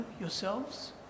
yourselves